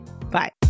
bye